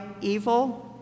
evil